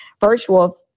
virtual